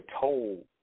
told